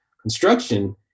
Construction